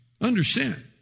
Understand